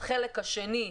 בחלק השני,